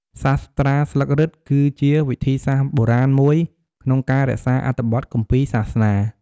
សាស្ត្រាស្លឹករឹតគឺជាវិធីសាស្ត្របុរាណមួយក្នុងការរក្សាអត្ថបទគម្ពីរសាសនា។